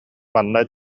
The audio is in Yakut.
манна